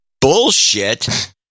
bullshit